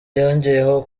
yongeyeho